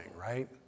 right